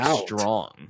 strong